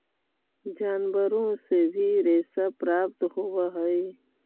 जनावारो से भी रेशा प्राप्त होवऽ हई